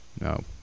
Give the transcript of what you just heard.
No